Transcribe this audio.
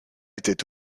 était